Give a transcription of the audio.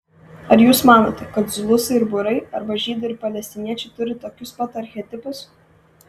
ar jūs manote kad zulusai ir būrai arba žydai ir palestiniečiai turi tokius pat archetipus